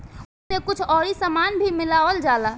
ओइमे कुछ अउरी सामान भी मिलावल जाला